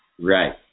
Right